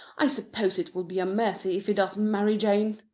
i suppose it will be a mercy if he does marry jane.